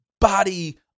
body